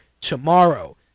tomorrow